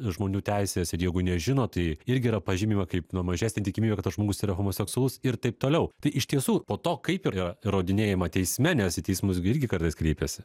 žmonių teises ir jeigu nežino tai irgi yra pažymima kaip nu mažesnė tikimybė kad tas žmogus yra homoseksualus ir taip toliau tai iš tiesų po to kaip yra įrodinėjama teisme nes į teismus gi irgi kartais kreipiasi